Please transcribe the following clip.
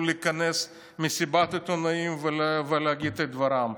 לכנס מסיבת עיתונאים ולהגיד את דברם.